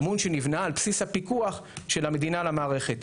אמון שנבנה על בסיס הפיקוח של המדינה על המערכת.